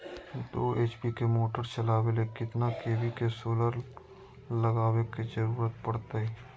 दो एच.पी के मोटर चलावे ले कितना के.वी के सोलर लगावे के जरूरत पड़ते?